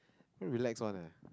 very relax one eh